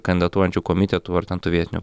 kandidatuojančių komitetų ar ten tų vietinių